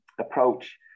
approach